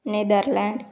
Netherlands